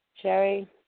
Sherry